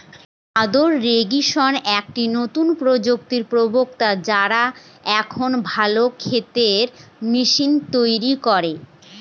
মাদ্দা ইরিগেশন একটি নতুন প্রযুক্তির প্রবর্তক, যারা এখন ভালো ক্ষেতের মেশিন তৈরী করে